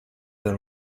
than